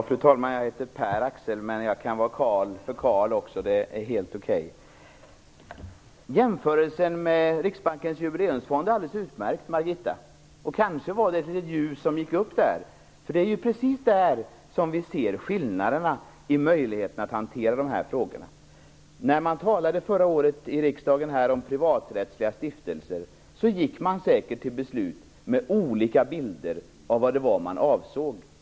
Fru talman! Jag heter Pär-Axel, inte Karl-Axel. Men jag kan vara Karl också. Det är helt okej. Jämförelsen med Riksbankens Jubileumsfond är alldeles utmärkt, Margitta Edgren! Kanske gick ett litet ljus upp där. Det är ju precis här som vi ser skillnaderna i möjligheterna att hantera dessa frågor. Förra året när riksdagen behandlade frågan om privaträttsliga stiftelser gick man säkert till beslut med olika bilder av vad det var man avsåg.